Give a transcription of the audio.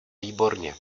výborně